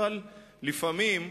אבל לפעמים,